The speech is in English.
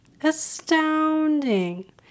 Astounding